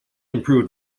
improved